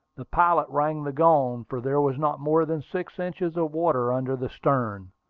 the pilot rang the gong, for there was not more than six inches of water under the stern.